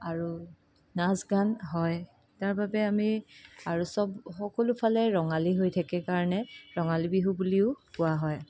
আৰু নাচ গান হয় তাৰ বাবে আমি আৰু চব সকলোফালে ৰঙালী হৈ থাকে কাৰণে ৰঙালী বিহু বুলিও কোৱা হয়